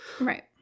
Right